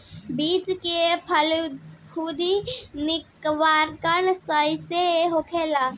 बीज के फफूंदी निवारण कईसे होला?